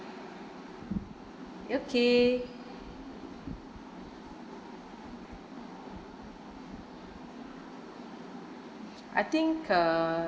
okay I think uh